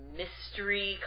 mystery